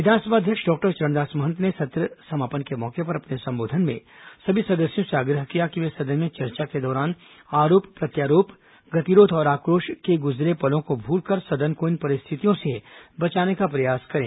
विधानसभा अध्यक्ष डॉक्टर चरणदास महंत ने सत्र समापन के मौके पर अपने संबोधन में सभी सदस्यों से आग्रह किया कि वे सदन में चर्चा के दौरान आरोप प्रत्यारोप गतिरोघ और आक्रोश के गुजरे पलों को भूलकर सदन को इन परिस्थितियों से बचाने का प्रयास करें